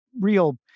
real